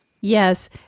Yes